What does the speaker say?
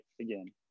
again